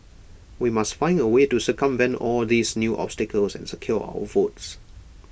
we must find A way to circumvent all these new obstacles and secure our votes